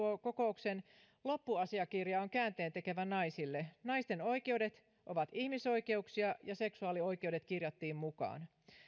kokouksen loppuasiakirja on käänteentekevä naisille naisten oikeudet ovat ihmisoikeuksia ja seksuaalioikeudet kirjattiin mukaan